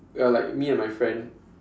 well like me and my friend